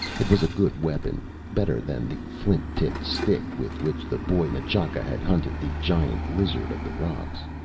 it was a good weapon, better than the flint-tipped stick with which the boy n'chaka had hunted the giant lizard of the rocks.